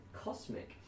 Cosmic